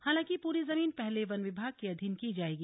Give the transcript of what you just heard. हालांकि पूरी जमीन पहले वन विभाग के अधीन की जाएगी